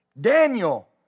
Daniel